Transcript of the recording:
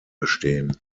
bestehen